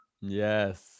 Yes